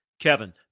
Kevin